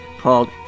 called